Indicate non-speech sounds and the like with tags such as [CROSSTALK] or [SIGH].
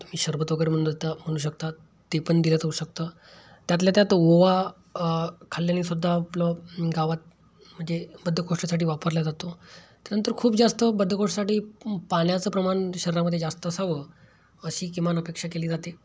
तुम्ही सरबत वगैरे म्हणू [UNINTELLIGIBLE] म्हणू शकता ते पण दिलत होऊ शकतं त्यातल्या त्यात ओवा खाल्ल्यानेसुद्धा आपलं गावात म्हणजे बद्धकोष्ठासाठी वापरला जातो त्यानंतर खूप जास्त बद्धकोष्ठासाठी पाण्याचं प्रमाण शरीरामध्ये जास्त असावं अशी किमान अपेक्षा केली जाते